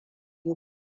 yi